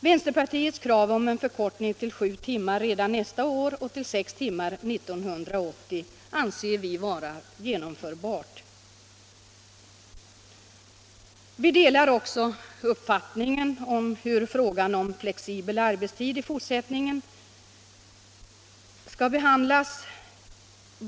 Vänsterpartiets krav om en förkortning till sju timmar redan nästa år och till sex timmar 1980 anser vi vara genomförbart. Vi delar också uppfattningen om hur frågan om flexibel arbetstid i fortsättningen skall behandlas.